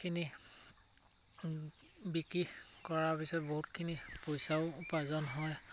খিনি বিক্ৰী কৰাৰ পিছত বহুতখিনি পইচাও উপাৰ্জন হয়